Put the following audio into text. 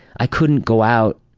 i couldn't go out.